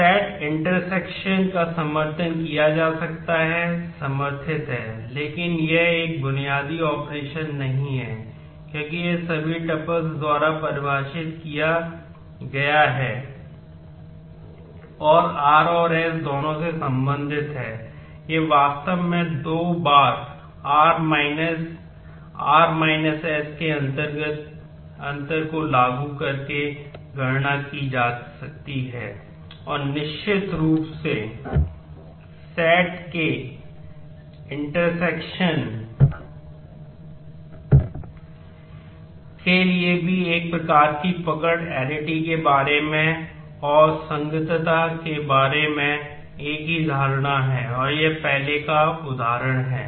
set intersection के लिए भी एक प्रकार की पकड़ arity के बारे में और संगतता के बारे में एक ही धारणा है और यह पहले का उदाहरण है